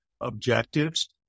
objectives